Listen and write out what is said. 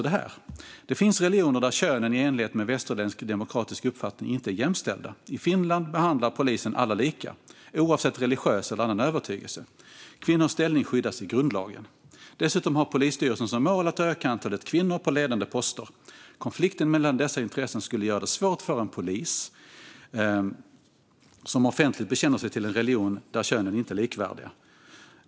Det finns religioner där könen i enlighet med västerländsk demokratisk uppfattning inte är jämställda. I Finland behandlar polisen alla lika, oavsett religiös eller annan övertygelse, och kvinnors ställning skyddas i grundlagen. Dessutom har Polisstyrelsen som mål att öka antalet kvinnor på ledande poster. Konflikten mellan dessa intressen skulle göra det svårt för en polis som offentligt bekänner sig till en religion där könen inte är likvärdiga.